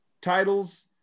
titles